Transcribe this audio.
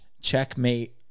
checkmate